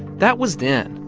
that was then.